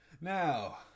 Now